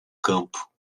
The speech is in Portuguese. campo